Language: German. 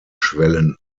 schwellen